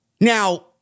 Now